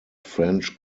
french